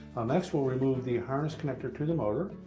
next, we'll remove the harness connector to the motor.